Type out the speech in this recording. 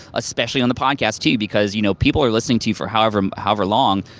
especially on the podcast too, because you know people are listening to you for however um however long,